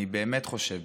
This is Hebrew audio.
שאני באמת חושב,